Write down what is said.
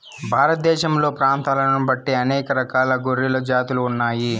భారతదేశంలో ప్రాంతాలను బట్టి అనేక రకాల గొర్రెల జాతులు ఉన్నాయి